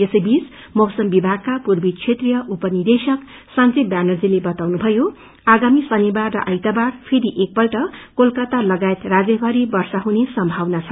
यसैबीच मौसम विभागका पूर्वी क्षेत्रिय उप निदेशक संजीव व्यानर्जीले बताउनुभयो आगामी शनिवार र आइतबारमा फेरि एकपल्ट कोलकाता लगायत राज्यभरि पानी पर्ने सम्भावना छ